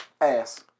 Ass